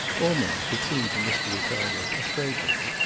almost, it seemed to mr. ricardo, a fragrance,